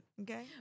okay